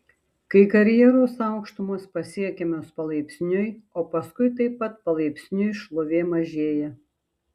kai karjeros aukštumos pasiekiamos palaipsniui o paskui taip pat palaipsniui šlovė mažėja